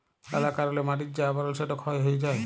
লালা কারলে মাটির যে আবরল সেট ক্ষয় হঁয়ে যায়